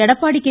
Edappadi K